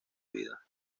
vida